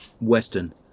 western